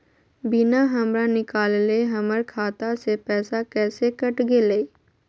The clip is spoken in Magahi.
बिना हमरा निकालले, हमर खाता से पैसा कैसे कट गेलई?